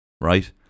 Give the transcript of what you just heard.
right